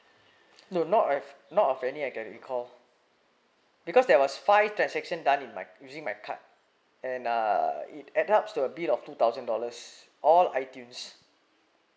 no not I've not of any I can recall because there was five transaction done in using my card and uh it add up to a bit of two thousand dollars all itunes